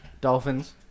Dolphins